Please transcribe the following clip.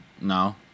no